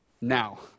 Now